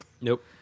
Nope